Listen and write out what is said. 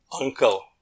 uncle